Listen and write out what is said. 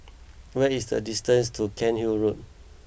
where is the distance to Cairnhill Road